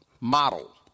model